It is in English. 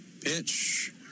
Pitch